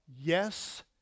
yes